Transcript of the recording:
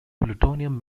plutonium